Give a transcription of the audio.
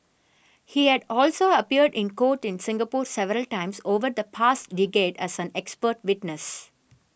he had also appeared in court in Singapore several times over the past decade as an expert witness